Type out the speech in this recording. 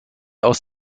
aus